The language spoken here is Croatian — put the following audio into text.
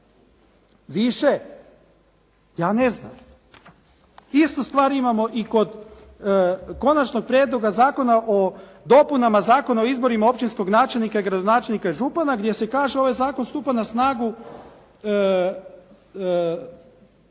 Više? Ja ne znam. Istu stvar imamo i kod Konačnog prijedloga zakona o dopunama Zakona o izborima općinskog načelnika, gradonačelnika i župana gdje se kaže ovaj zakon stupanjem na snagu